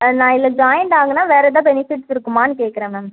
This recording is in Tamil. ஆ நான் இதில் ஜாயிண்ட் ஆனா வேறு எதா பெனிஃபிட்ஸ் இருக்குமான்னு கேக்கிறேன் மேம்